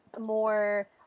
more